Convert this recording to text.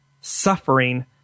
suffering